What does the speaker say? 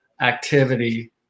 activity